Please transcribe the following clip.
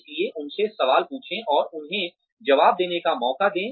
इसलिए उनसे सवाल पूछें और उन्हें जवाब देने का मौका दें